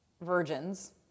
virgins